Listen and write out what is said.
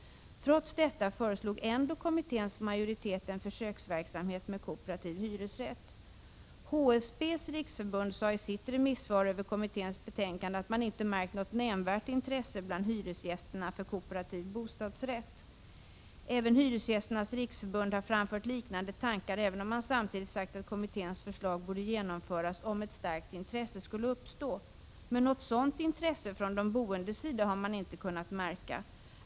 Trots detta föreslog kommitténs majoritet en försöksverksamhet med kooperativ hyresrätt. HSB:s riksförbund sade i sitt remissvar på kommitténs betänkande att man inte märkt något nämnvärt intresse bland hyresgästerna för kooperativ bostadsrätt. Även Hyresgästernas riksförbund har framfört liknande tankar, även om man samtidigt sagt att kommitténs förslag borde genomföras om ett starkt intresse skulle uppstå. Men något sådant intresse från de boendes sida har man inte kunnat märka.